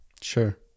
sure